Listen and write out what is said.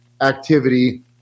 activity